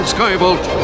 Skybolt